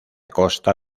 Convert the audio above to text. costa